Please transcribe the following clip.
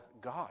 God